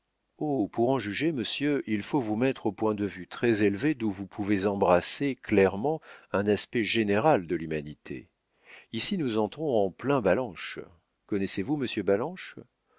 pour en juger monsieur il faut vous mettre au point de vue très élevé d'où vous pouvez embrasser clairement un aspect général de l'humanité ici nous entrons en plein ballanche connaissez-vous monsieur ballanche